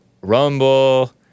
Rumble